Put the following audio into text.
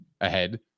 ahead